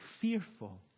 fearful